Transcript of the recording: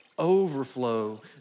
overflow